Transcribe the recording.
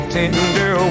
tender